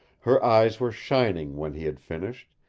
her eyes were shining when he had finished,